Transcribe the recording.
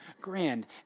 grand